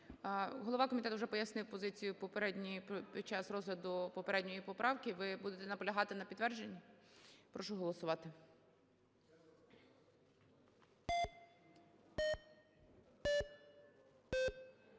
Голова комітету вже пояснив позицію під час розгляду попередньої поправки. Ви будете наполягати на підтвердженні? Прошу голосувати.